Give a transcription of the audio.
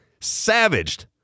savaged